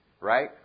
right